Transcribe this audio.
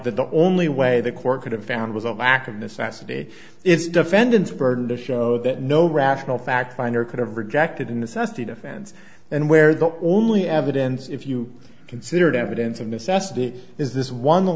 the only way the court could have found was a lack of necessity is defendant's burden to show that no rational fact finder could have rejected in the sestina offense and where the only evidence if you considered evidence of necessity is this one